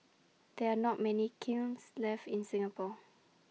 there are not many kilns left in Singapore